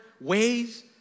ways